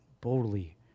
boldly